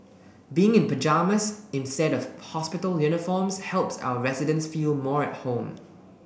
being in pyjamas instead of hospital uniforms helps our residents feel more at home